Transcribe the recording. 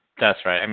that's right. i mean